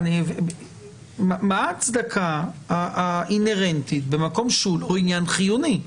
מה ההצדקה האינהרנטית במקום שהוא לא עניין חיוני?